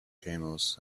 camels